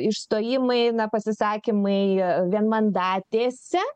išstojimai na pasisakymai vienmandatėse